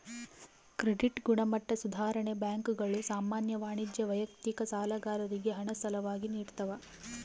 credit ಗುಣಮಟ್ಟ ಸುಧಾರಣೆ ಬ್ಯಾಂಕುಗಳು ಸಾಮಾನ್ಯ ವಾಣಿಜ್ಯ ವೈಯಕ್ತಿಕ ಸಾಲಗಾರರಿಗೆ ಹಣ ಸಾಲವಾಗಿ ನಿಡ್ತವ